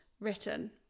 written